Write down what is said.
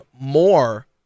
more